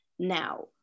now